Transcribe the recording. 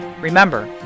Remember